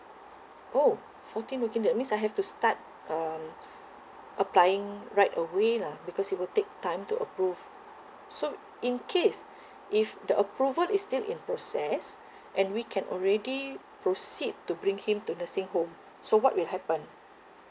oh fourteen working that means I have to start um applying right away lah because it will take time to approve so in case if the approval is still in process and we can already proceed to bring him to nursing home so what will happen